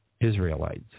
Israelites